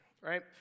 Right